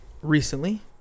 recently